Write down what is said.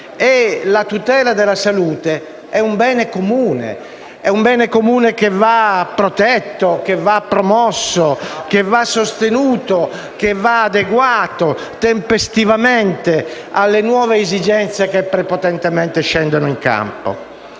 La tutela della salute è un bene comune che va protetto, promosso, sostenuto; che va adeguato tempestivamente alle nuove esigenze che prepotentemente scendono in campo.